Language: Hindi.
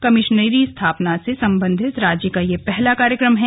कमिश्नरी स्थापना से सम्बंधित राज्य का यह पहला कार्यक्रम है